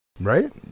Right